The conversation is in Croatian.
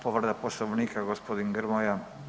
Povreda Poslovnika gospodin Grmoja.